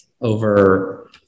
over